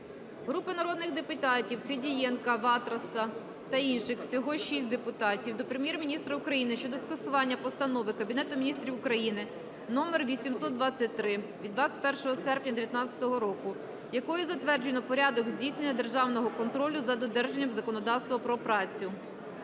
Групи народних депутатів (Федієнка, Ватраса та інших. Всього 6 депутатів) до Прем'єр-міністра України щодо скасування Постанови Кабінету Міністрів України №823 від 21 серпня 19-го року, якою затверджено "Порядок здійснення державного контролю за додержанням законодавства про працю".